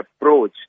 approach